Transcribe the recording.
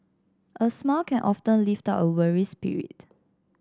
a smile can often lift up a weary spirit